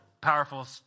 powerful